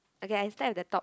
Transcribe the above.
okay I start at the top